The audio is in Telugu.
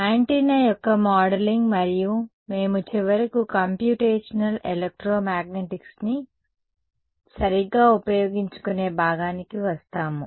యాంటెన్నా యొక్క మోడలింగ్ మరియు మేము చివరకు కంప్యూటేషనల్ ఎలెక్ట్రోమాగ్నెటిక్స్ని సరిగ్గా ఉపయోగించుకునే భాగానికి వస్తాము